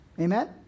Amen